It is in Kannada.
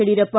ಯಡಿಯೂರಪ್ಪ